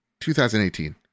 2018